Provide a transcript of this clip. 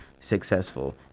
successful